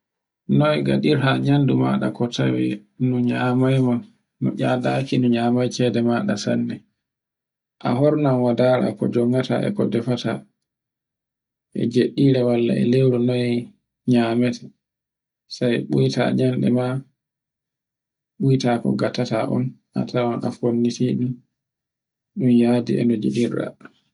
Noy gaɗirta nyamdu maɗa ko tawe no nyamaima, no edaki no nyamai cede maɗa sanne, a hornan wa ndara ko jongata, ko defata, e jeɗɗire walle e lewru noye nyamete, sai buita nyande ma, ɓuyta ko gatata on a tawan a fonniti ɗun. Ɗun yadi e no giɗirɗa